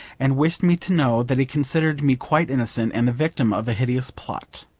and wished me to know that he considered me quite innocent, and the victim of a hideous plot.